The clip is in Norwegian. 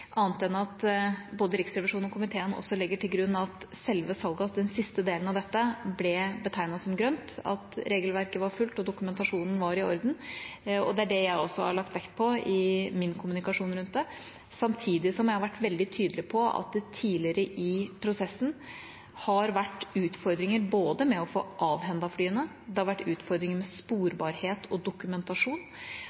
annet enn at både Riksrevisjonen og komiteen også legger til grunn at selve salget, altså den siste delen av det, ble betegnet som «grønt», at regelverket var fulgt, og at dokumentasjonen var i orden. Det er det jeg også har lagt vekt på i min kommunikasjon rundt det, samtidig som jeg har vært veldig tydelig på at det tidligere i prosessen har vært utfordringer både med å få avhendet flyene og med sporbarhet og dokumentasjon, og det har også vært utfordringer